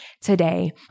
today